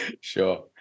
Sure